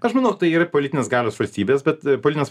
aš manau tai yra politinės galios valstybės bet politinės